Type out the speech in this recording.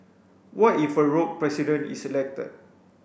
what if a rogue President is elected